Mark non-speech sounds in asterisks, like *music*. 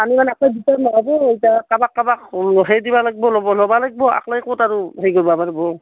আমি মানে *unintelligible* এতিয়া কাবাক কাবাক সেই দিব লাগিব ল'ব লাগিব আকলাই ক'ত আৰু হে কৰিব লাগিব